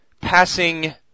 passing